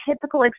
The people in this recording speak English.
typical